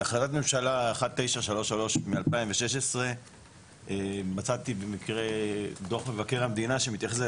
החלטת ממשלה 1933 מ-2016 מצאתי במקרה את דוח מבקר המדינה שמתייחס לזה,